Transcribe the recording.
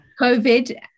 COVID